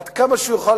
עד כמה שהוא יוכל,